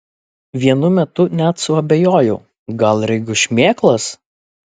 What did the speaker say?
vienu metu net suabejojau gal regiu šmėklas